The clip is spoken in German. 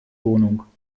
wohnung